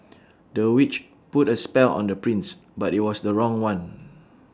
the witch put A spell on the prince but IT was the wrong one